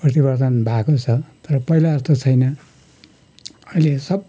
परिवर्तन भएको छ तर पहिला जस्तो छैन अहिले सब